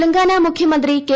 തെലങ്കാന മുഖൃമന്ത്രി കെ